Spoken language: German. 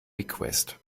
request